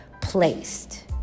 placed